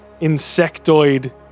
insectoid